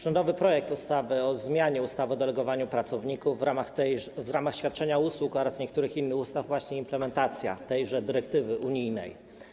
Rządowy projekt ustawy o zmianie ustawy o delegowaniu pracowników w ramach świadczenia usług oraz niektórych innych ustaw to właśnie implementacja tejże dyrektywy unijnej.